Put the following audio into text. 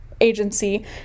Agency